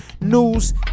news